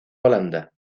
holanda